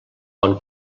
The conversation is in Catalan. bon